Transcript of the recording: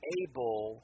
able